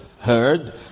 heard